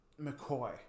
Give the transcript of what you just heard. McCoy